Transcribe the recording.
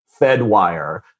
Fedwire